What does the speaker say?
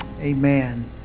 Amen